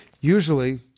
Usually